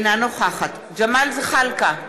אינה נוכחת ג'מאל זחאלקה,